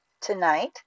Tonight